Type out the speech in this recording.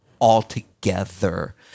altogether